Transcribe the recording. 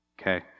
Okay